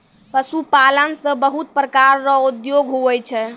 पशुपालन से बहुत प्रकार रो उद्योग हुवै छै